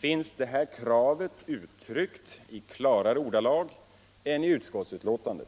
finns det kravet uttryckt i klarare ordalag än i utskottets betänkande.